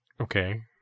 Okay